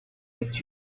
meet